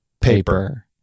paper